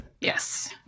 Yes